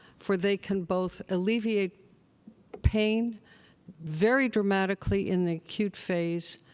for they can both alleviate pain very dramatically in the acute phase,